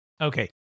Okay